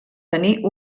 tenir